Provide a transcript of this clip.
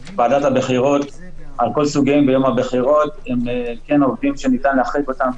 היסוד קובע שיום הבחירות הוא יום שבתון,